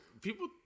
People